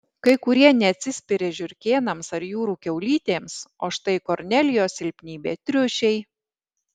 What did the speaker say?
kai kurie neatsispiria žiurkėnams ar jūrų kiaulytėms o štai kornelijos silpnybė triušiai